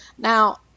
Now